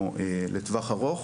או לטווח ארוך